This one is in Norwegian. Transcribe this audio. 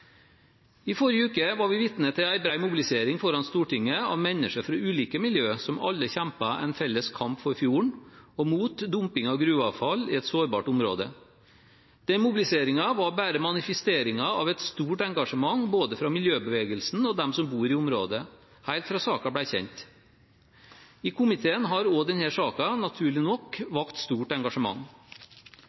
I forrige uke var vi vitne til en bred mobilisering foran Stortinget av mennesker fra ulike miljøer som alle kjempet en felles kamp for fjorden og mot dumping av gruveavfall i et sårbart område. Den mobiliseringen var bare manifesteringen av et stort engasjement fra både miljøbevegelsen og dem som bor i området, helt fra saken ble kjent. I komiteen har også denne saken naturlig nok vakt stort engasjement.